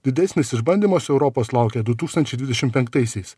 didesnis išbandymas europos laukia du tūkstantis dvidešimt penktaisiais